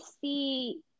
see